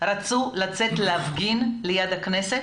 רצו לצאת להפגין ליד הכנסת